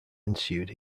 ensued